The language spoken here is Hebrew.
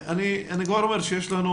אני כבר אומר שיש לנו